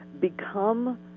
become